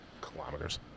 Kilometers